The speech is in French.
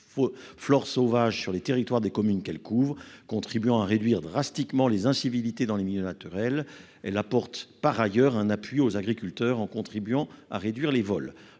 flore sauvages sur les territoires des communes qu'elle couvre, contribuant à réduire drastiquement les incivilités dans les milieux naturels et la porte par ailleurs un appui aux agriculteurs en contribuant à réduire les vols